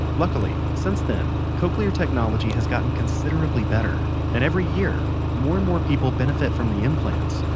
luckily, since then, cochlear technology has gotten considerably better. and every year, more and more people benefit from the implants.